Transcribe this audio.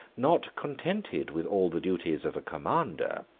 not contented with all the duties of a commander,